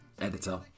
editor